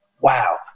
Wow